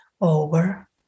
Over